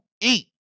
eat